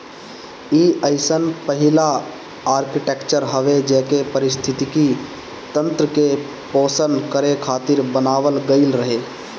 इ अइसन पहिला आर्कीटेक्चर हवे जेके पारिस्थितिकी तंत्र के पोषण करे खातिर बनावल गईल रहे